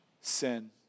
sin